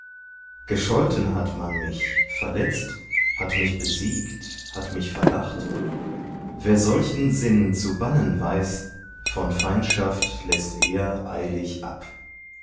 gescholten hat man mich verletzt hat mich besiegt hat mich verlacht wer solchen sinn zu bannen weiß von feindschaft läßt er eilig ab